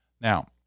Now